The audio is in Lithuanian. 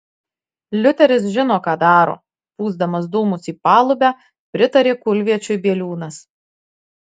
liuteris žino ką daro pūsdamas dūmus į palubę pritarė kulviečiui bieliūnas